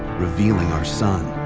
revealing our sun,